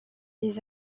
des